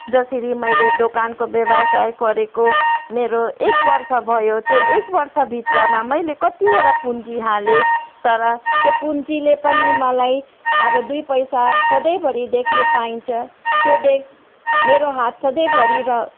जसरी मैले दोकानको व्यवसाय गरेको मेरो एक वर्ष भयो त्यो एक वर्षभित्रमा मैले कत्तिवटा पुँजी हालेँ तर त्यो पुँजीले पनि मलाई अब दुई पैसा सधैँभरि देख्नु पाइन्छ त्यो दे मेरो हात सधैँभरि र